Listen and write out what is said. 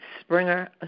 Springer